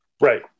right